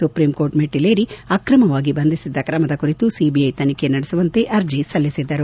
supreme court ಮೆಟ್ಟರೇರಿ ಅಕ್ರಮವಾಗಿ ಬಂಧಿಸಿದ ಕ್ರಮದ ಕುರಿತು ಸಿಬಿಐ ತನಿಖೆ ನಡೆಸುವಂತೆ ಅರ್ಜಿ ಸಲ್ಲಿಸಿದ್ದರು